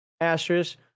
asterisk